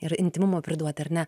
ir intymumo priduoti ar ne